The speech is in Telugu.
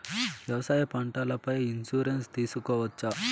వ్యవసాయ పంటల పై ఇన్సూరెన్సు తీసుకోవచ్చా?